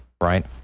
right